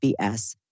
BS